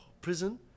prison